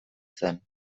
zen